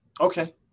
Okay